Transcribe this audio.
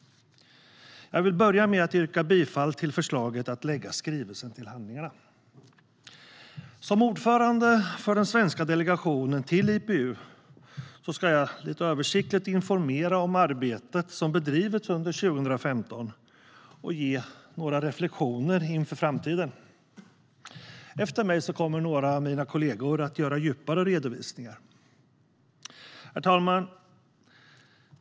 Jag vill börja med att yrka bifall till förslaget att lägga skrivelsen till handlingarna. Som ordförande för den svenska delegationen till IPU ska jag informera lite översiktligt om arbetet som bedrivits under 2015 och ge några reflektioner inför framtiden. Efter mig kommer några av mina kollegor att göra djupare redovisningar.